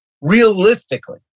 realistically